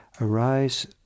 arise